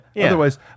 otherwise